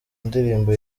ndirimbo